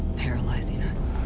paralyzing us,